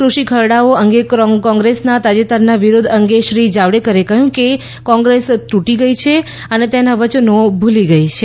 કૃષિ ખરડાઓ અંગે કોંગ્રેસના તાજેતરના વિરોધ અંગે શ્રી જાવડેકરે કહ્યું કે કોંગ્રેસ તૂટી ગઈ છે અને તેના વચનો ભૂલી ગઈ છે